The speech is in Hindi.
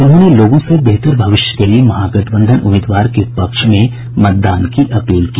उन्होंने लोगों से बेहतर भविष्य के लिए महागठबंधन उम्मीदवार के पक्ष में मतदान की अपील की